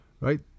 right